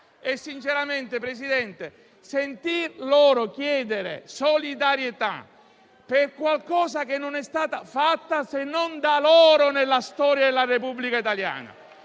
Sinceramente, non accetto di sentir loro chiedere solidarietà per qualcosa che non è stato fatto, se non da loro, nella storia della Repubblica italiana.